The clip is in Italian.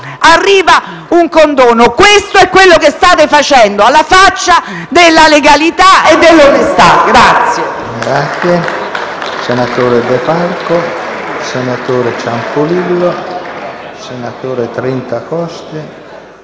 arriverà un condono. Questo è quanto state facendo alla faccia della legalità e dell’onestà.